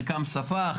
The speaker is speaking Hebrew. חלקם שפה,